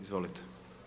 Izvolite.